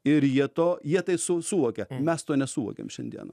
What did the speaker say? ir jie to jie tai su suvokė mes to nesuvokiam šiandiena